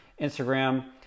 Instagram